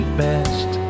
best